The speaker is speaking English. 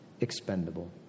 expendable